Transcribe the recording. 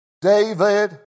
David